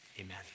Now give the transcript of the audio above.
amen